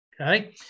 Okay